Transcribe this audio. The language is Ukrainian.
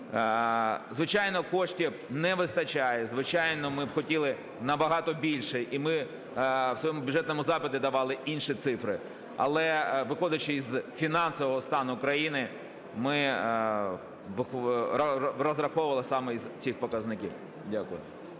Звичайно, коштів не вистачає, звичайно, ми б хотіли набагато більше, і ми в своєму бюджетному запиті давали інші цифри. Але, виходячи з фінансового стану країни, ми розраховували саме із цих показників. Дякую.